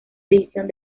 división